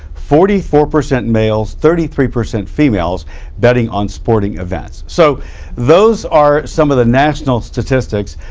forty four percent males, thirty three percent females betting on sporting events. so those are some of the national statistics.